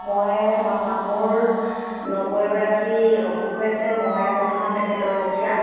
মই মোৰ নবৌ এগৰাকীৰ অসুখ হৈ আছে মই বৰ্তমান তেখেতৰ ৰখীয়া